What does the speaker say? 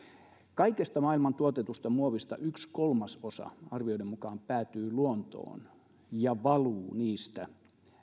kaikesta maailman tuotetusta muovista yksi kolmasosa arvioiden mukaan päätyy luontoon ja valuu niistä